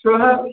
श्वः